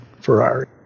Ferrari